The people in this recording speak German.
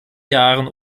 jahren